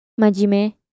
majime